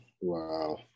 Wow